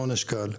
העונש קל,